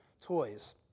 toys